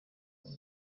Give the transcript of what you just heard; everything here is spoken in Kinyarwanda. uca